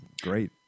great